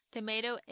Tomato